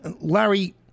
Larry